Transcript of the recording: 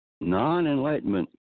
non-enlightenment